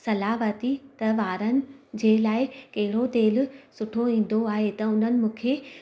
सलाहु वरिती त वारनि जे लाइ कहिड़ो तेल सुठो ईंदो आहे त हुननि मूंखे